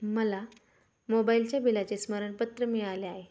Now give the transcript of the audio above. मला मोबाईलच्या बिलाचे स्मरणपत्र मिळाले आहे